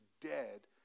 dead